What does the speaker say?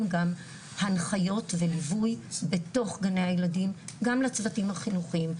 גם הנחיות וליווי בתוך גני הילדים גם לצוותים החינוכיים.